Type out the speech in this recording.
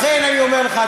לכן אני אומר לך,